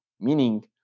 Meaning